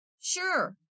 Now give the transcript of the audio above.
Sure